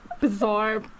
bizarre